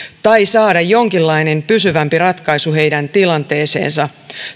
tai saada jonkinlainen pysyvämpi ratkaisu heidän tilanteeseensa